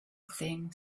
thing